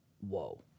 Whoa